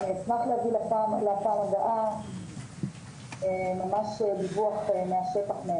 אני אשמח להביא לפעם הבאה ממש דיווח מהימן מהשטח.